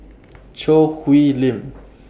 Choo Hwee Lim